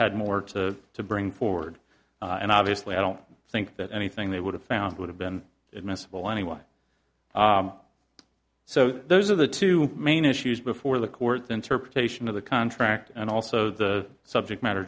had more to to bring forward and obviously i don't think that anything they would have found would have been admissible anyway so those are the two main issues before the court the interpretation of the contract and also the subject matter